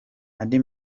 andi